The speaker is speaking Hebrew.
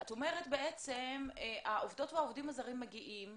את אומרת בעצם העובדות והעובדים הזרים מגיעים,